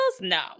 No